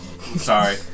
sorry